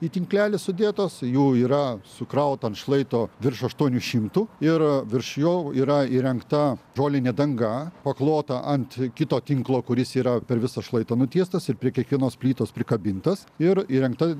į tinklelį sudėtos jų yra sukrauta ant šlaito virš aštuonių šimtų ir virš jo yra įrengta žolinė danga paklota ant kito tinklo kuris yra per visą šlaitą nutiestas ir prie kiekvienos plytos prikabintas ir įrengta